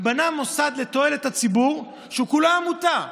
בנה מוסד לתועלת הציבור שכולו עמותה,